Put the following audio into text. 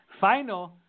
final